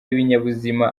ibinyabuzima